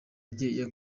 rye